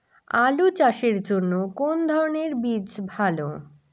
আলু চাষের জন্য কোন ধরণের বীজ ভালো?